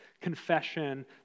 confession